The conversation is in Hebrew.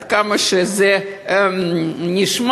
עד כמה שזה נשמע,